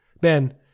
Ben